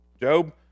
Job